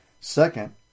Second